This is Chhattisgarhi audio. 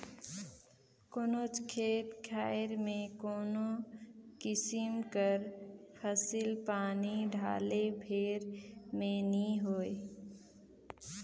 कोनोच खेत खाएर में कोनो किसिम कर फसिल पानी डाले भेर में नी होए